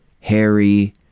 Harry